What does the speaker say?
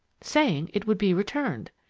saying it would be returned.